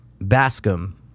Bascom